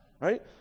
right